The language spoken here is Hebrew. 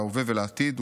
להווה ולעתיד,